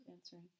answering